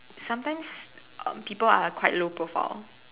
sometimes people are quite low profile